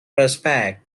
respect